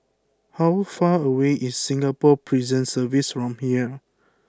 how far away is Singapore Prison Service from here